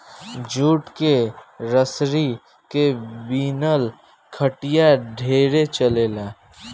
jute के रसरी के बिनल खटिया ढेरे चलेला